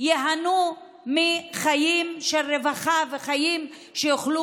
ייהנו מחיים של רווחה וחיים שיוכלו